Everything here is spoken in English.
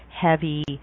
heavy